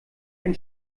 ein